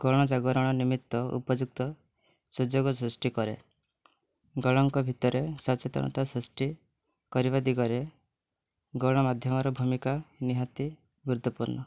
ଗଣ ଜାଗରଣ ନିମିତ୍ତ ଉପଯୁକ୍ତ ସୁଯୋଗ ସୃଷ୍ଟି କରେ ଗଣଙ୍କ ଭିତରେ ସଚେତନତା ସୃଷ୍ଟି କରିବା ଦିଗରେ ଗଣମାଧ୍ୟମର ଭୂମିକା ନିହାତି ଗୁରୁତ୍ୱପୂର୍ଣ୍ଣ